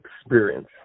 experience